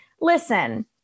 listen